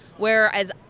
Whereas